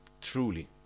Truly